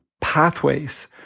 pathways